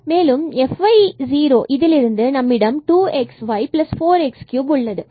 மேலும் fy0 இதிலிருந்து நம்மிடம் 2xy4x3உள்ளது